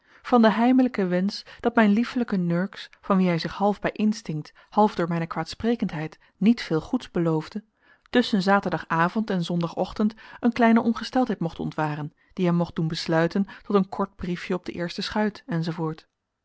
van den heimelijken wensch dat mijn liefelijke nurks van wien hij zich half bij instinct half door mijne kwaadsprekendheid niet veel goeds beloofde tusschen zaterdagavond en zondagochtend eene kleine ongesteldheid mocht ontwaren die hem mocht doen besluiten tot een kort briefjen op de eerste schuit